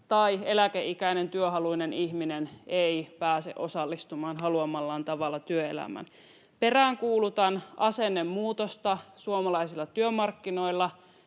tai eläkeikäinen työhaluinen ihminen ei pääse osallistumaan haluamallaan tavalla työelämään. Peräänkuulutan asennemuutosta suomalaisilla työmarkkinoilla,